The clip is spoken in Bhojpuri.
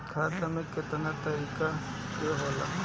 खाता केतना तरीका के होला?